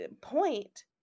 point